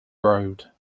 road